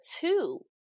two